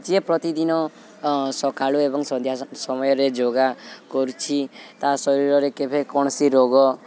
ଯିଏ ପ୍ରତିଦିନ ସକାଳୁ ଏବଂ ସନ୍ଧ୍ୟା ସ ସମୟରେ ଯୋଗ କରୁଛି ତା ଶରୀରରେ କେବେ କୌଣସି ରୋଗ